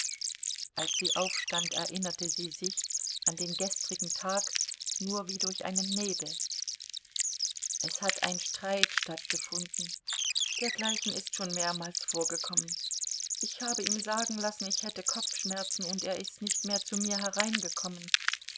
als sie aufstand erinnerte sie sich an den gestrigen tag nur wie durch einen nebel es hat ein streit stattgefunden dergleichen ist schon mehrmals vorgekommen ich habe ihm sagen lassen ich hätte kopfschmerzen und er ist nicht mehr zu mir hereingekommen